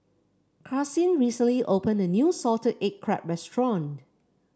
Karsyn recently opened a new Salted Egg Crab restaurant